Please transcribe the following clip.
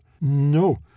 No